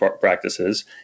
practices